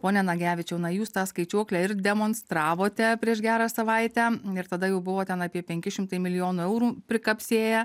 pone nagevičiau na jūs tą skaičiuoklę ir demonstravote prieš gerą savaitę ir tada jau buvo ten apie penki šimtai milijonų eurų prikapsėję